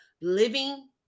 living